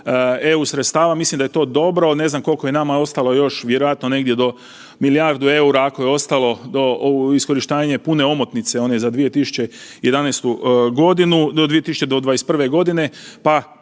EU sredstava, mislim da je to dobro, ne znam koliko je nama ostalo još vjerojatno negdje do milijardu EUR-a ako je ostalo do iskorištavanje pune omotnice one za 2011. godinu do 2021. godine,